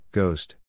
ghost